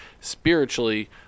spiritually